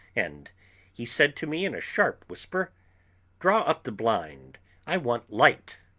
and he said to me in a sharp whisper draw up the blind i want light!